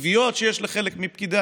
הסתייגויות מס' 498 564